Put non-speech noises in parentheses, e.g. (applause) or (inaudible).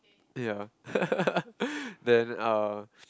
ya (laughs) then uh